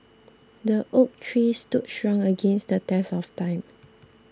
the oak tree stood strong against the test of time